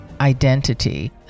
identity